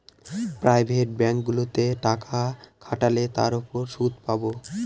private ব্যাঙ্কগুলোতে টাকা খাটালে তার উপর সুদ পাবো